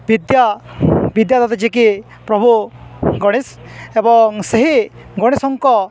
ବିଦ୍ୟା ବିଦ୍ୟାଦାତା ଯେ କି ପ୍ରଭୁ ଗଣେଶ ଏବଂ ସେହି ଗଣେଶଙ୍କ